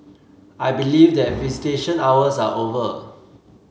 I believe that visitation hours are over